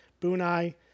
Bunai